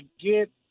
get